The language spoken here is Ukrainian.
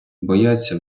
бояться